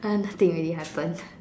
uh nothing really happened